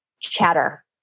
chatter